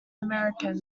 americans